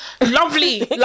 lovely